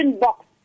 box